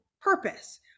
purpose